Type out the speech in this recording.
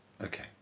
Okay